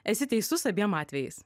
esi teisus abiem atvejais